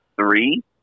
three